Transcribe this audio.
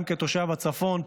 גם כתושב הצפון,